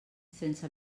sense